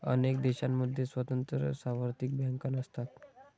अनेक देशांमध्ये स्वतंत्र सार्वत्रिक बँका नसतात